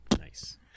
Nice